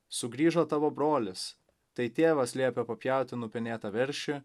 sugrįžo tavo brolis tai tėvas liepė papjauti nupenėtą veršį